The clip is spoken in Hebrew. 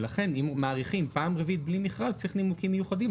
ולכן אם מאריכים פעם רביעית בלי מכרז צריך נימוקים מיוחדים.